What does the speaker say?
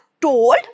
told